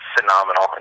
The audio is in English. phenomenal